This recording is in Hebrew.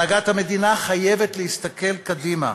הנהגת המדינה חייבת להסתכל קדימה,